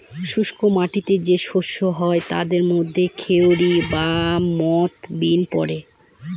শুস্ক মাটিতে যে শস্য হয় তাদের মধ্যে খেরি বা মথ, বিন পড়ে